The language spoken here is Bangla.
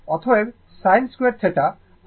অতএব sin2θ আর 1 cosθ 2 সমান